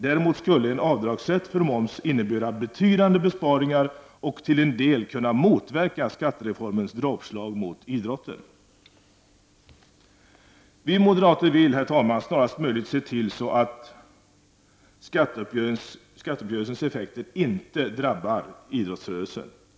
Däremot skulle en avdragsrätt för erlagd moms innebära betydande besparingar och till en del kunna motverka skattereformens dråpslag mot idrotten. Vi moderater vill, herr talman, snarast möjligt se till så att skatteuppgörelsens effekter inte drabbar idrottsrörelsen.